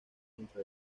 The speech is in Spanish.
dentro